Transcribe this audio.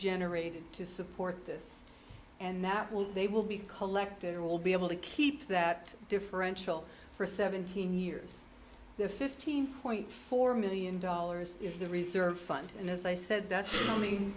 generated to support this and that will they will be collected or will be able to keep that differential for seventeen years the fifteen point four million dollars is the reserve fund and as i said that